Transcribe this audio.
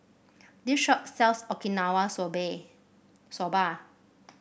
this shop sells Okinawa Soba